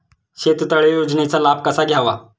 शेततळे योजनेचा लाभ कसा घ्यावा?